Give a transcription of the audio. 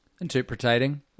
interpreting